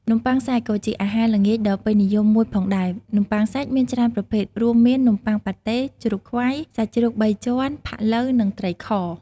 នំបុ័ងសាច់ ក៏ជាអាហារល្ងាចដ៏ពេញនិយមមួយផងដែរ នំបុ័ងសាច់់មានច្រើនប្រភេទ រួមមាននំប័ុងប៉ាតេ ជ្រូកខ្វៃ សាច់ជ្រូកបីជាន់ ផាក់ឡូវ និងត្រីខ។